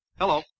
Hello